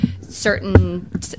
certain